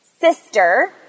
sister